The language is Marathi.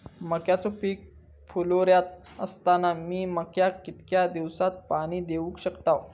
मक्याचो पीक फुलोऱ्यात असताना मी मक्याक कितक्या दिवसात पाणी देऊक शकताव?